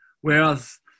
Whereas